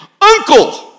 Uncle